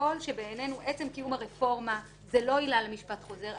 לפרוטוקול שבעינינו עצם קיום הרפורמה זה לא עילה למשפט חוזר,